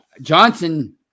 Johnson